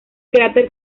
cráter